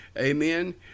Amen